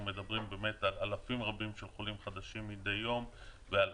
אנחנו מדברים על אלפים רבים של חולים חדשים מידי יום ועל